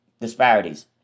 disparities